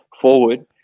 forward